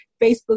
facebook